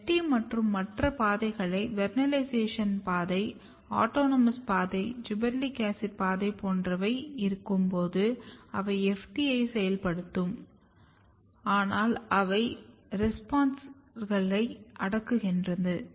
FT மற்றும் மற்ற பாதைகளான வெர்னெலைசேஷன் பாதை ஆட்டோனோமஸ் பாதை ஜிபெர்லிக் ஆசிட் பாதை போன்றவை இருக்கும்போது அவை FT யை செயல்படுத்தவும் செயல்படுகின்றன ஆனால் அவை ரெப்ரெஸ்ஸோர்களை அடக்குகின்றன